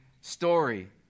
story